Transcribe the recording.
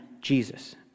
Jesus